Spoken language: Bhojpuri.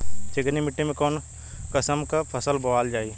चिकनी मिट्टी में कऊन कसमक फसल बोवल जाई?